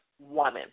woman